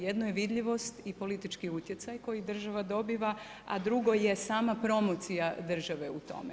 Jedno je vidljivost i politički utjecaj koji država dobiva, a drugo je sama promocija države u tome.